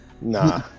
Nah